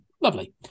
Lovely